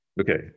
Okay